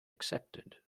accepted